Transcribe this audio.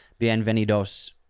Bienvenidos